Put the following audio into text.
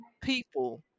people